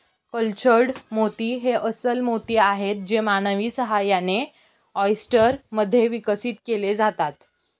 cultured मोती हे अस्स्ल मोती आहेत जे मानवी सहाय्याने, ऑयस्टर मध्ये विकसित केले जातात